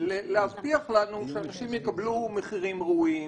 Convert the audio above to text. להבטיח שאנשים יקבלו מחירים ראויים,